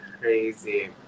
Crazy